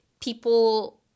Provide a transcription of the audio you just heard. people